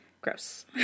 Gross